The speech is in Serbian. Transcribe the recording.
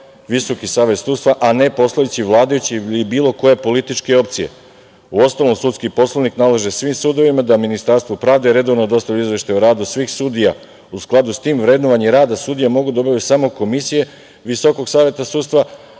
Visoki savet sudstva, a ne postojeći ili vladajući ili bilo koje političke opcije. U ostalom sudski Poslovnik nalaže svim sudovima da Ministarstvu pravde redovno dostavi izveštaj o radu svih sudija. U skladu s tim vrednovanje rada sudija mogu da obave samo komisije Visokog saveta sudstva